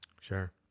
Sure